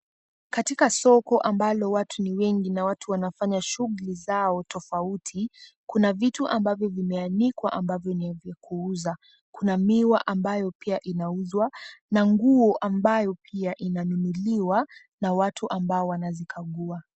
Katika soko ambalo watu ni wengi na watu wanafanya shughuli zao tofauti, kuna vitu ambavyo vimeanikwa ambavyo ni vya kuuza. Kuna miwa ambayo pia inauzwa na nguo ambayo pia inanunuliwa na watu ambao wanazikagua.